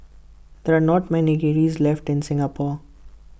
there are not many kilns left in Singapore